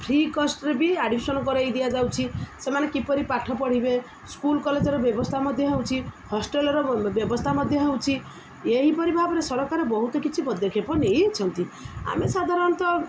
free କଷ୍ଟରେ ବି admission କରାଇ ଦିଆଯାଉଛି ସେମାନେ କିପରି ପାଠ ପଢ଼ିବେ ସ୍କୁଲ କଲେଜର ବ୍ୟବସ୍ଥା ମଧ୍ୟ ହେଉଛି ହଷ୍ଟେଲର ବ୍ୟବସ୍ଥା ମଧ୍ୟ ହେଉଛି ଏହିପରି ଭାବରେ ସରକାର ବହୁତ କିଛି ପଦକ୍ଷେପ ନେଇଛନ୍ତି ଆମେ ସାଧାରଣତଃ